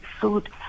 sued